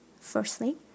Firstly